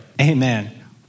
Amen